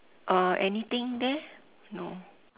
uh anything there no